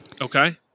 Okay